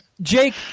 Jake